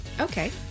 Okay